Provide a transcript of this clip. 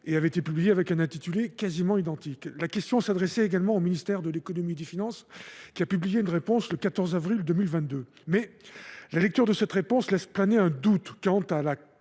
avait été publiée avec un intitulé quasiment identique. Cette question s’adressait également au ministre de l’économie et des finances, lequel a publié une réponse le 14 avril 2022. Toutefois, la lecture de cette réponse laisse planer un doute quant à la